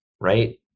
right